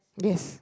yes